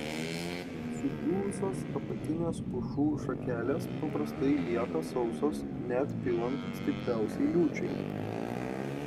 sudžiūvusios apatinės pušų šakelės paprastai lieka sausos net pilant stipriausiai liūčiai